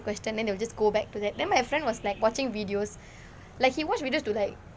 a question then they'll just go back to that then my friend was like watching videos like he watch videos to like